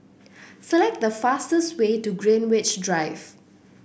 select the fastest way to Greenwich Drive